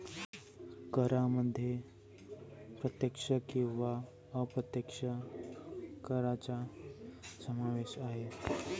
करांमध्ये प्रत्यक्ष किंवा अप्रत्यक्ष करांचा समावेश आहे